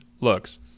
looks